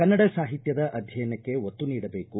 ಕನ್ನಡ ಸಾಹಿತ್ಯದ ಅಧ್ಯಯನಕ್ಕೆ ಒತ್ತು ನೀಡಬೇಕು